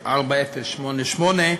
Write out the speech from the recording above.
4088,